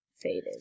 Faded